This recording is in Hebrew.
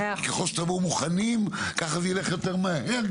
כי ככל שתבואו מוכנים כך זה ילך יותר מהר.